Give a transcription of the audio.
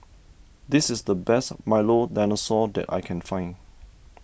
this is the best Milo Dinosaur that I can find